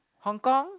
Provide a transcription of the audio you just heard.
Hong-Kong